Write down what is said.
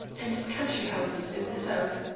and in country houses in the south,